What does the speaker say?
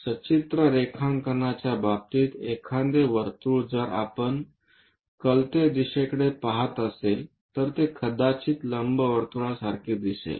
सचित्र रेखांकनाच्या बाबतीत एखादे वर्तुळ जर आपण कलते दिशेकडे पहात असाल तर ते कदाचित लंबवर्तुळासारखे दिसेल